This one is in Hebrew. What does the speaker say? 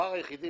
הפער היחיד,